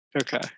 Okay